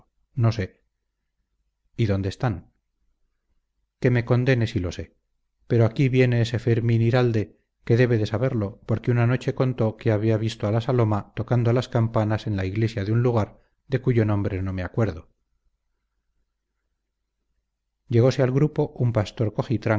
no sé y dónde están que me condene si lo sé pero aquí viene este fermín iralde que debe de saberlo porque una noche contó que había visto a la saloma tocando las campanas en la iglesia de un lugar de cuyo nombre no me acuerdo llegose al grupo un pastor